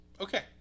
okay